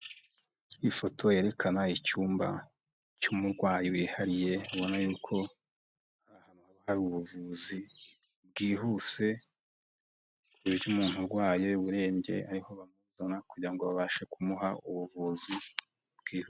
Ifoto yerekana icyumba, cy'umurwayi wihariye ubona yuko, hari ubuvuzi bwihuse, kuburyo umuntu urwaye urembye ariho bamuzana, kugira ngo babashe kumuha ubuvuzi bwihuta.